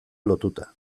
lotuta